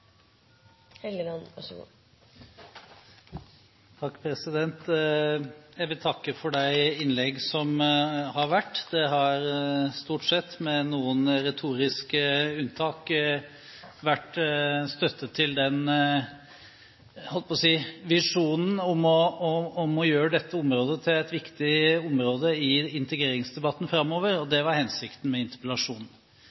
stort sett, med noen retoriske unntak, vært støtte til den – jeg holdt på å si – visjonen om å gjøre dette området til et viktig område i integreringsdebatten framover, og det var hensikten med interpellasjonen. Så kan vi diskutere sosial dumping. Vi kan diskutere arbeidsmarkedspolitikk. Erna Solberg uttalte i Aftenposten den